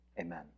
Amen